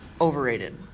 overrated